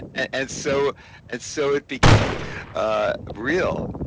and so it so it became ah real.